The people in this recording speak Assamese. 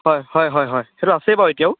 হয় হয় হয় হয় সেইটো আছেই বাৰু এতিয়াও